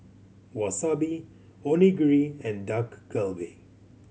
Wasabi Onigiri and Dak Galbi